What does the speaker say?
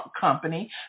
company